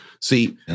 See